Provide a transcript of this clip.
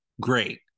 great